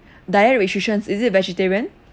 diet restrictions is it vegetarian